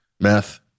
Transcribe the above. meth